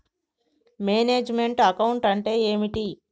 Manage meant account అంటే ఏమిటి?